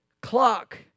clock